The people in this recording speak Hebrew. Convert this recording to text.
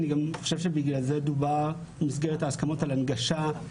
אני גם חושב שבגלל זה במסגרת ההסכמות דובר על הנגשה.